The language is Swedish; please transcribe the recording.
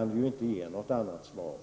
inte kan ge något annat svar.